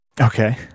okay